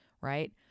right